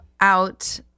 out